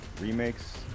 Remakes